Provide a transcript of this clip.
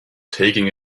taking